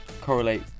correlate